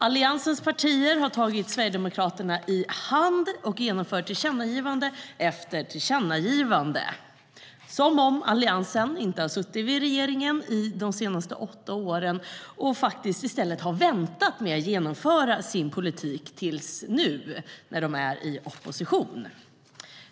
Alliansens partier har tagit Sverigedemokraterna i hand och genomfört tillkännagivande efter tillkännagivande, som om Alliansen inte har suttit i regeringen under de senaste åtta åren utan i stället har väntat med att genomföra sin politik tills nu när de är i opposition.